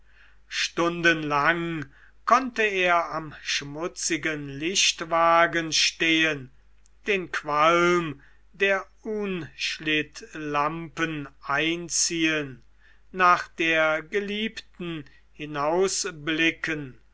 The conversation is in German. stundenlang konnte er am schmutzigen lichtwagen stehen den qualm der unschlittlampen einziehen nach der geliebten hinausblicken